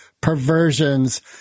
perversions